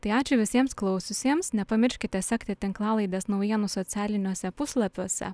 tai ačiū visiems klausiusiems nepamirškite sekti tinklalaidės naujienų socialiniuose puslapiuose